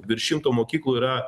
virš šimto mokyklų yra